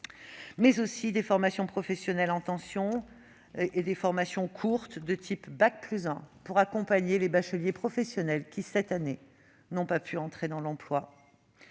mais aussi à des formations professionnelles en tension ou à des formations courtes de type Bac+l, pour accompagner les bacheliers professionnels qui n'ont pas pu entrer dans l'emploi